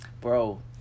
Bro